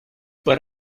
but